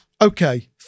okay